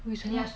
who is 什么